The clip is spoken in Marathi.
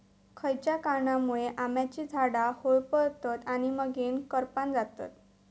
खयच्या कारणांमुळे आम्याची झाडा होरपळतत आणि मगेन करपान जातत?